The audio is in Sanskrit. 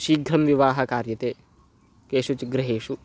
शीघ्रं विवाहः कार्यते केषुचिद् गृहेषु